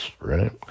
right